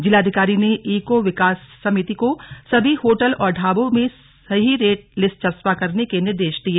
जिलाधिकारी ने ईको विकास समिति को सभी होटल और ढाबों में सही रेट लिस्ट चस्पा कराने के निर्देश दिए